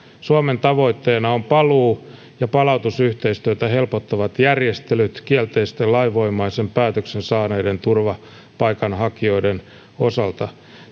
suomen tavoitteena on paluu ja palautusyhteistyötä helpottavat järjestelyt kielteisen lainvoimaisen päätöksen saaneiden turvapaikanhakijoiden osalta